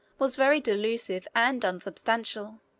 was very delusive and unsubstantial.